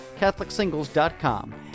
CatholicSingles.com